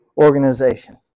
organization